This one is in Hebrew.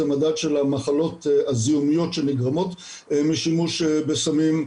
זה מדד של המחלות הזיהומיות שנגרמות משימוש בסמים,